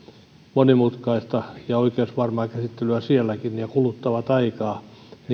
monimutkaista ja oikeus varmaa käsittelyä nekin ja jotka kuluttavat aikaa niin että